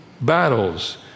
battles